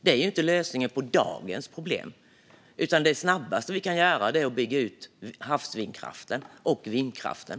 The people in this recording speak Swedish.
Det är alltså inte lösningen på dagens problem, utan det snabbaste vi kan göra är att bygga ut havsvindkraften och vindkraften.